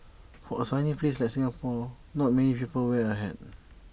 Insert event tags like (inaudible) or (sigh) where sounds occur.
(noise) for A sunny place like Singapore not many people wear A hat